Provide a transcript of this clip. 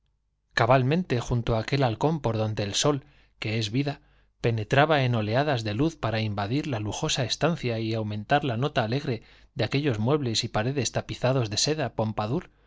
cabalmente junto aquel balcón por donde el sol que es vida penetraba en oleadas de luz para invadir la lujosa estancia y aumentar la nota alegre de aquellos muebles y paredes tapizados de seda pompadour